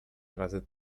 razy